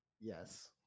Yes